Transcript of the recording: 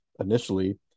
initially